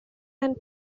and